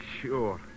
Sure